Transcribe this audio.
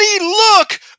look